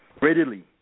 readily